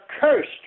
cursed